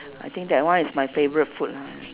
I think that one is my favourite food lah